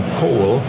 coal